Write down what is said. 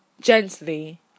Gently